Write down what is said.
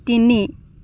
তিনি